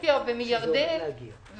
מטורקיה ומירדן,